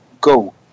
go